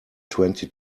twenty